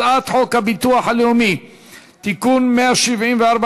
הצעת חוק הביטוח הלאומי (תיקון מס' 174),